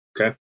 okay